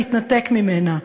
להתנתק ממנה.